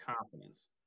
confidence